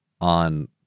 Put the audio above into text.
on